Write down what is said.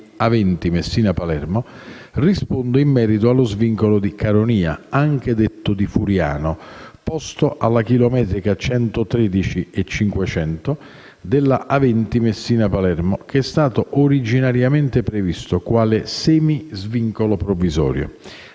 A20 Messina-Palermo, rispondo in merito allo svincolo di Caronia, anche detto di Furiano, posto alla chilometrica 113+500 della A20 Messina-Palermo, che è stato originariamente previsto quale «semi-svincolo provvisorio»,